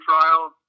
trial